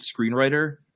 screenwriter